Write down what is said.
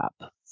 up